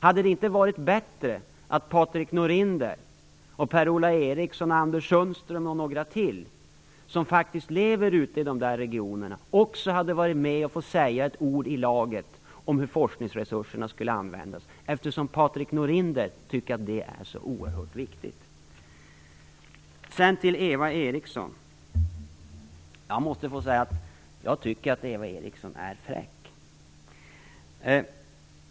Hade det inte varit bättre att Patrik Norinder, Per-Ola Eriksson, Anders Sundström och några till, som faktiskt lever ute i dessa regioner, också hade varit med och fått säga ett ord i laget om hur forskningsresurserna skulle användas, eftersom Patrik Norinder tycker att det är så oerhört viktigt? Till Eva Eriksson måste jag få säga att jag tycker att hon är fräck.